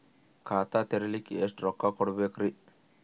ಖಾತಾ ತೆರಿಲಿಕ ಎಷ್ಟು ರೊಕ್ಕಕೊಡ್ಬೇಕುರೀ?